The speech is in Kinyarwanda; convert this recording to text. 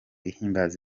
ihimbaza